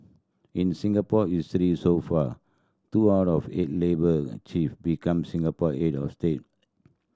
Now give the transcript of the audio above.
in Singapore history so far two out of eight labour chief become Singapore head of state